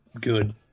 good